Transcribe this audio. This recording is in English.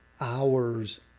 hours